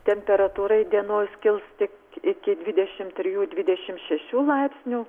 temperatūra įdienojus kils tik iki dvidešimt trijų dvidešim šešių laipsnių